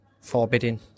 forbidding